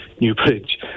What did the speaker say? Newbridge